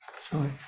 Sorry